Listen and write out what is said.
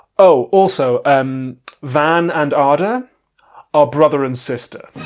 oh, also um van and ada are brother and sister.